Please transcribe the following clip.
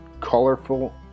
colorful